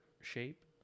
shape